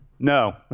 no